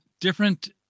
different